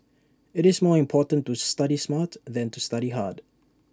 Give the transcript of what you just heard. IT is more important to study smart than to study hard